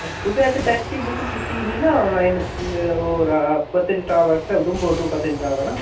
अच्छा तुसें इक्क टैक्सी बुक कीती ही ना आनलाईन ओह्दे रा पत्नीटाप आस्तै उधमपुर टू पत्नीटाप ऐ ना